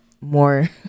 more